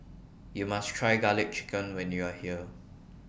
YOU must Try Garlic Chicken when YOU Are here